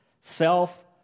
self